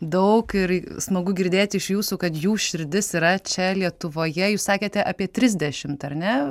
daug ir smagu girdėti iš jūsų kad jų širdis yra čia lietuvoje jūs sakėte apie trisdešimt ar ne